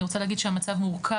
אני רוצה להגיד שהמצב מורכב,